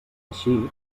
així